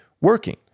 working